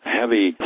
heavy